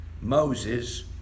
Moses